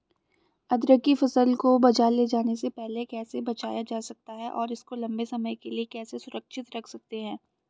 अदरक की फसल को बाज़ार ले जाने से पहले कैसे बचाया जा सकता है और इसको लंबे समय के लिए कैसे सुरक्षित रख सकते हैं?